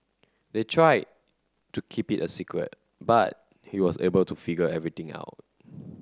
they tried to keep it a secret but he was able to figure everything out